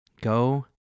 Go